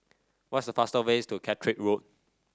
what is the fastest way to Catterick Road